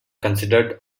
considered